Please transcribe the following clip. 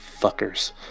fuckers